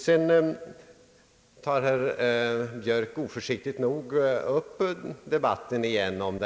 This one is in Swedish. Sedan tar herr Björk oförsiktigt nog åter upp debatten om